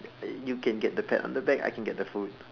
you can get the pat on the back I can get the food